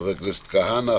חבר הכנסת כהנא,